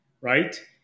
Right